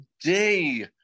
today